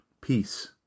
Peace